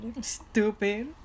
Stupid